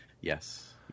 Yes